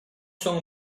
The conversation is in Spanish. son